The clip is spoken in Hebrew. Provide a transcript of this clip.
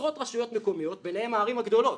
עשרות רשויות מקומיות, ביניהן הערים הגדולות,